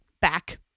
back